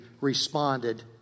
responded